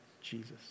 Jesus